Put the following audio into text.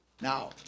Now